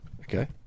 Okay